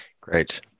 Great